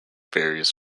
various